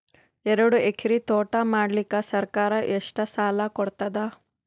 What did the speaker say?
ಎರಡು ಎಕರಿ ತೋಟ ಮಾಡಲಿಕ್ಕ ಸರ್ಕಾರ ಎಷ್ಟ ಸಾಲ ಕೊಡತದ?